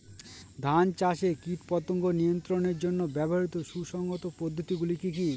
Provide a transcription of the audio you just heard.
ধান চাষে কীটপতঙ্গ নিয়ন্ত্রণের জন্য ব্যবহৃত সুসংহত পদ্ধতিগুলি কি কি?